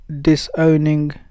disowning